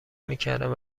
میکردند